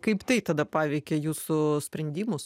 kaip tai tada paveikia jūsų sprendimus